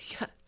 Yes